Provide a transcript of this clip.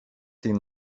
seen